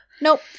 Nope